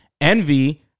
Envy